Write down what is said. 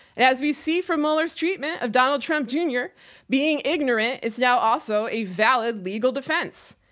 and as we see from mueller's treatment of donald trump jr being ignorant, it's now also a valid legal defense.